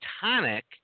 tonic